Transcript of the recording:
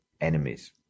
enemies